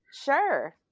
Sure